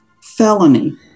felony